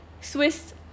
Swiss